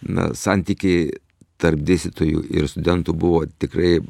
na santykiai tarp dėstytojų ir studentų buvo tikrai